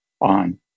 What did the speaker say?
on